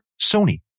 Sony